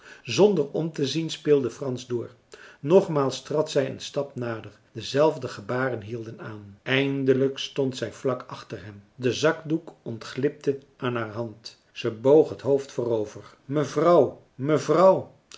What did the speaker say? zonder om te zien speelde frans door nogmaals trad zij een stap nader dezelfde gebaren hielden aan eindelijk stond zij vlak achter hem de zakdoek ontglipte aan haar hand zij boog het hoofd voorover mevrouw mevrouw